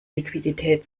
liquidität